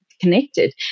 Connected